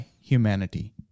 humanity